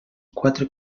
quatre